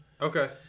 Okay